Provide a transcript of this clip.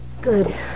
Good